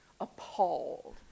Appalled